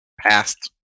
past